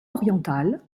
oriental